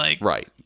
Right